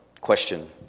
question